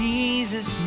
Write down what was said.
Jesus